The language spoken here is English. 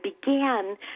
began